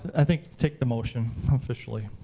i think take the motion, officially.